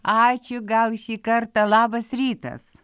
ačiū gal šį kartą labas rytas